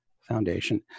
foundation